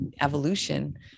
evolution